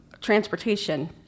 transportation